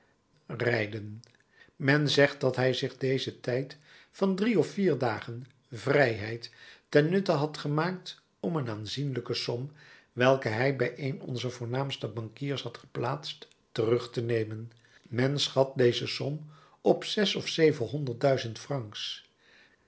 rijden men zegt dat hij zich dezen tijd van drie of vier dagen vrijheid ten nutte had gemaakt om een aanzienlijke som welke hij bij een onzer voornaamste bankiers had geplaatst terug te nemen men schat deze som op zes of zevenhonderd duizend francs